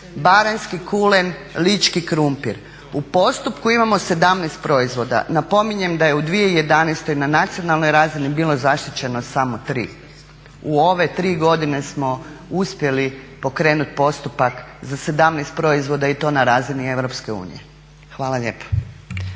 baranjski kulen, lički krumpir. U postupku imamo 17 proizvoda. Napominjem da je u 2011.na nacionalnoj razini bilo zaštićeno samo 3. U ove 3 godine smo uspjeli pokrenuti postupak za 17 proizvoda i to na razini EU. Hvala lijepa.